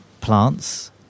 plants